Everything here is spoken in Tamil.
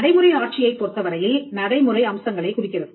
நடைமுறை ஆட்சியைப் பொருத்தவரையில் நடைமுறை அம்சங்களைக் குறிக்கிறது